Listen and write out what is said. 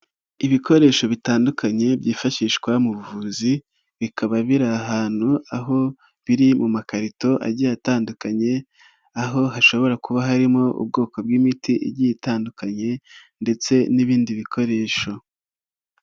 Ibikoresho bitandukanye byifashishwa mu buvuzi bikaba biri ahantu aho biri mu makarito agiye atandukanye, aho hashobora kuba harimo ubwoko bw'imiti igiye itandukanye ndetse n'ibindi bikoresho.